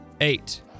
Eight